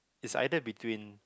is either between